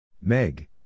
Meg